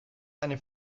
eine